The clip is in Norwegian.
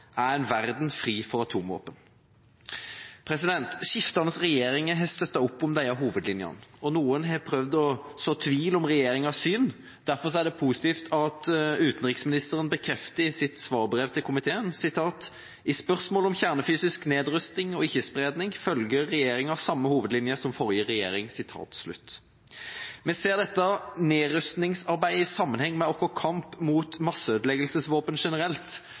er en verden fri for atomvåpen. Skiftende regjeringer har støttet opp om disse hovedlinjene. Noen har prøvd å så tvil om regjeringens syn. Derfor er det positivt at utenriksministeren bekrefter i sitt svarbrev til komiteen: «I spørsmål om kjernefysisk nedrustning og ikke-spredning følger Regjeringen samme hovedlinje som forrige regjering.» Vi ser dette nedrustningsarbeidet i sammenheng med vår kamp mot masseødeleggelsesvåpen generelt,